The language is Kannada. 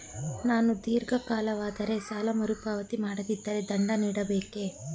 ನಾನು ಧೀರ್ಘ ಕಾಲದವರೆ ಸಾಲ ಮರುಪಾವತಿ ಮಾಡದಿದ್ದರೆ ದಂಡ ನೀಡಬೇಕೇ?